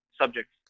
subjects